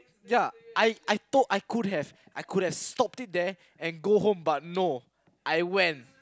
ya I I told I could have I could have stopped it there and go home but no I went